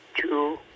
two